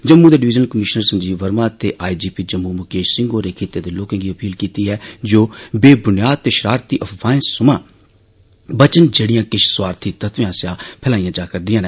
जम्मू दे divisional commissioner Sanjeev Verma ते I G P Jammu Mukesh Singh होरें खित्ते दे लोकें गी अपील कीती ऐ जे ओ बेबूनियाद ते शरारती अफवाहें समा बचन जेड़ियां किश स्वार्थी तत्वें आस्सेआ फैलाइयां जा करदियां न